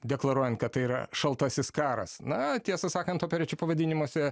deklaruojant kad tai yra šaltasis karas na tiesą sakant operečių pavadinimuose